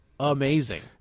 amazing